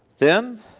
then